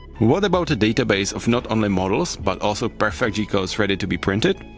what about a database of not only models but also perfect g-codes ready to be printed?